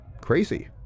crazy